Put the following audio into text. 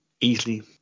easily